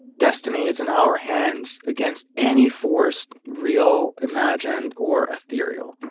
destiny is in our hands against any force real, imagined or ethereal